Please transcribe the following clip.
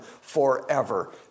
forever